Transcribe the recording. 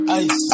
ice